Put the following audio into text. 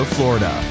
Florida